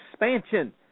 expansion